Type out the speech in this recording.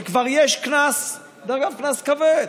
כשכבר יש קנס, דרך אגב, קנס כבד,